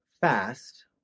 fast